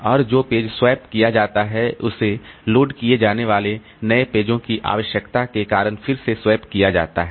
और जो page swap किया जाता है उसे लोड किए जाने वाले नए पेजों की आवश्यकता के कारण फिर से स्वैप किया जाता है